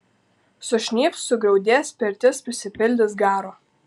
sušnypš sugriaudės pirtis prisipildys garo